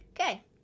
Okay